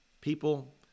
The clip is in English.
people